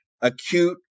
acute